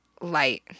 light